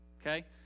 okay